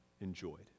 enjoyed